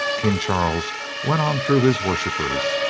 king charles went on through his worshipers.